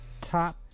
top